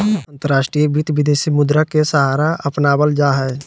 अंतर्राष्ट्रीय वित्त, विदेशी मुद्रा के सहारा अपनावल जा हई